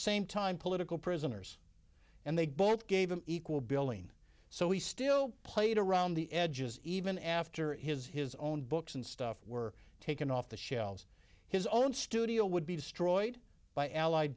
same time political prisoners and they both gave him equal billing so he still played around the edges even after his his own books and stuff were taken off the shelves his own studio would be destroyed by allied